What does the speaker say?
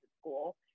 school